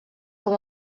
com